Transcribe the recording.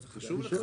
זה חשוב לך?